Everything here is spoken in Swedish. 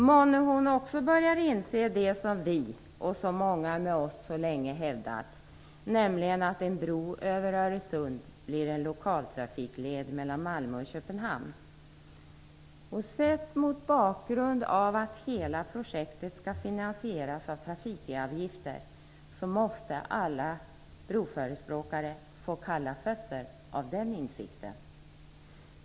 Månne hon också börjar inse det som vi och så många med oss så länge hävdat, nämligen att en bro över Sett mot bakgrund av att hela projektet skall finansieras av trafikavgifter måste alla broförespråkare få kalla fötter av den insikten.